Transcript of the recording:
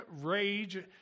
rage